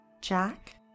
Jack